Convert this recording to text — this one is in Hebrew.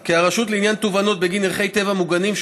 כי הרשות לעניין תובענות בגין ערכי טבע מוגנים,